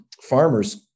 farmers